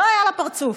לא היה לה פרצוף,